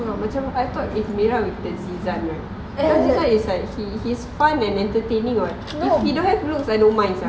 itu ah macam I thought if mira with zizan right zizan is like he he's fun and entertaining [what] he don't have looks I don't mind sia